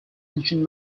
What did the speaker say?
ancient